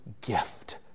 gift